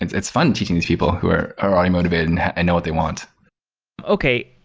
it's it's fun teaching these people who are are ah motivated and and know what they want okay.